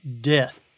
death